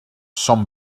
són